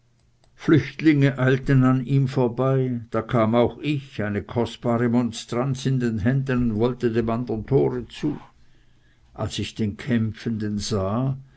flüchtlinge eilten an ihm vorbei da kam auch ich eine kostbare monstranz in den händen und wollte dem andern tore zu als ich den kämpfenden sah